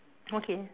okay